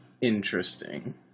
interesting